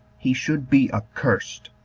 he should be accursed.